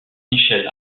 michel